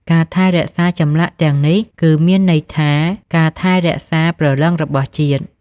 ការថែរក្សាចម្លាក់ទាំងនេះគឺមានន័យថាការថែរក្សាព្រលឹងរបស់ជាតិ។